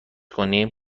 کنیم